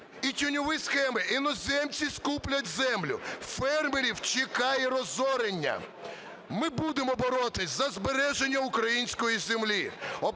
і тіньові схеми іноземці скуплять землю. Фермерів чекає розорення. Ми будемо боротись за збереження української землі.